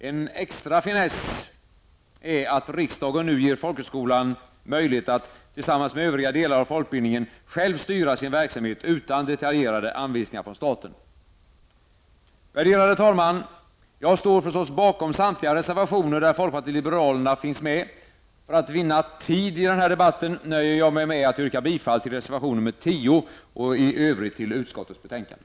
En extra finess är att riksdagen nu ger folkhögskolan möjlighet att -- tillsammans med övriga delar av folkbildningen -- själv styra sin verksamhet utan detaljerade anvisningar från staten. Värderade talman! Jag står förstås bakom samtliga reservationer där folkpartiet liberalerna finns med. För att vinna tid i den här debatten nöjer jag mig med att yrka bifall till reservation nr 10 och i övrigt till utskottets hemställan.